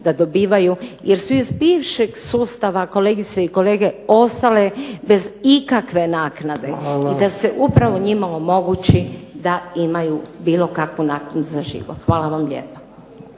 da dobivaju jer su iz bivšeg sustava kolegice i kolege ostale bez ikakve naknade i da se upravo njima omogući da imaju bilo kakvu naknadu za život. Hvala vam lijepa.